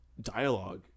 dialogue